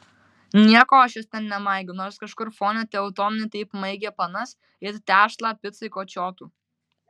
nieko aš jos ten nemaigiau nors kažkur fone teutonai taip maigė panas it tešlą picai kočiotų